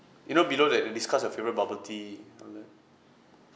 you know below that discuss your favourite bubble tea down there